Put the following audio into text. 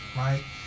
right